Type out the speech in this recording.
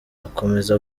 akomeza